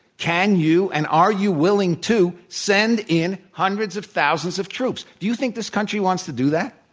can you and are you willing to send in hundreds of thousands of troops? do you think this country wants to do that?